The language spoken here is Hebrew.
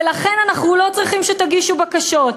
ולכן אנחנו לא צריכים שתגישו בקשות.